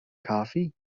coffee